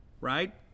Right